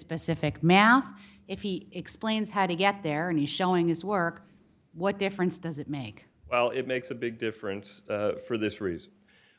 specific math if he explains how to get there and he's showing his work what difference does it make well it makes a big difference for this reason